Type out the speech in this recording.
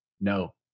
no